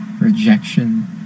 rejection